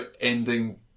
ending